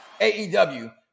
AEW